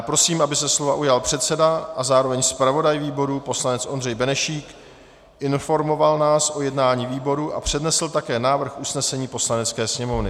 Prosím, aby se slova ujal předseda a zároveň zpravodaj výboru poslanec Ondřej Benešík, informoval nás o jednání výboru a přednesl také návrh usnesení Poslanecké sněmovny.